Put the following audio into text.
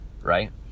right